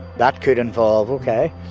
that could involve okay,